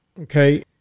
okay